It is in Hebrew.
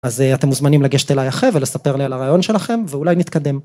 אז אתם מוזמנים לגשת אליי אחרי ולספר לי על הרעיון שלכם ואולי נתקדם.